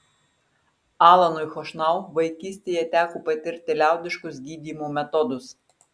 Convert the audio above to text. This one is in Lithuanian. alanui chošnau vaikystėje teko patirti liaudiškus gydymo metodus